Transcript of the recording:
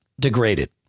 degraded